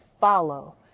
follow